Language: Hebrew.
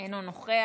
אינו נוכח.